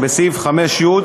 בסעיף 5(י),